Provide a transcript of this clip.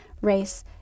race